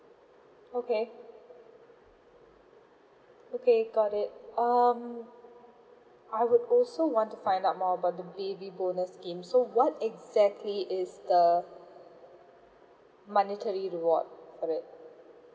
okay okay got it um I would also want to find out more about the baby bonus scheme so what exactly is the monetary reward for it